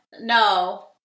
no